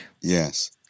Yes